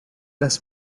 las